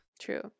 True